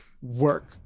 work